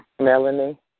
Melanie